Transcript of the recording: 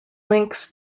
links